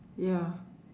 ya